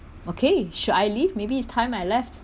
okay should I leave maybe it's time I left